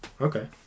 Okay